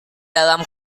dalam